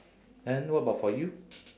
then what about for you